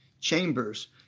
chambers